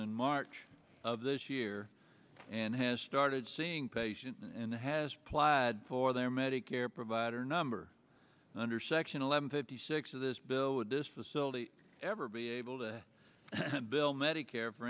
in march of this year and has started seeing patients and has plied for their medicare provider number under section eleven fifty six of this bill would this facility ever be able to bill medicare for